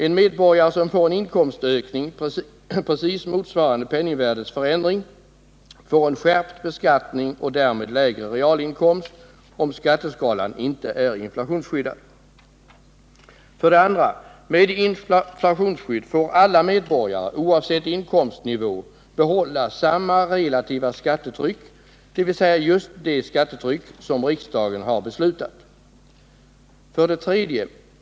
En medborgare som får en inkomstökning precis motsvarande penningvärdets förändring får en skärpning av beskattningen och därmed lägre realinkomst, om skatteskalan inte är inflationsskyddad. 2. Med inflationsskydd får alla medborgare oavsett inkomstnivå behålla samma relativa skattetryck, dvs. just det skattetryck som riksdagen har beslutat. 3.